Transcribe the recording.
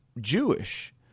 Jewish